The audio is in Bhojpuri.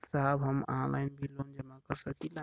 साहब हम ऑनलाइन भी लोन जमा कर सकीला?